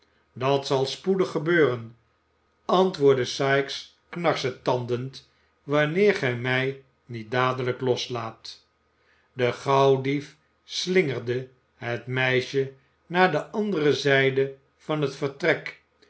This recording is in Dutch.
dat zal spoedig gebeuren antwoordde sikes knarsetandend wanneer ge mij niet dadelijk loslaat de gauwdief slingerde het meisje naar de andere zijde van het vertrek